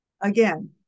Again